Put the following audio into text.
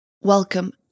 Welcome